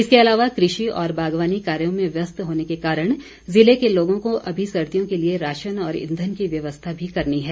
इसके अलावा कृषि और बागवानी कार्यों में व्यस्त होने के कारण जिले के लोगों को अभी सर्दियों के लिए राशन और ईंधन की व्यवस्था भी करनी है